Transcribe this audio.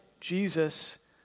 Jesus